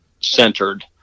centered